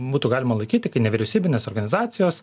būtų galima laikyti kai nevyriausybinės organizacijos